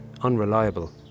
unreliable